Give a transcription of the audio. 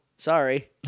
Sorry